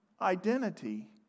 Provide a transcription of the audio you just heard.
identity